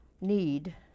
need